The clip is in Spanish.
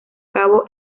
cabo